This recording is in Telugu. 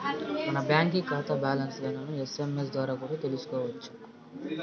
మన బాంకీ కాతా బ్యాలన్స్లను ఎస్.ఎమ్.ఎస్ ద్వారా కూడా తెల్సుకోవచ్చు